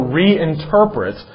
reinterpret